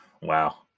wow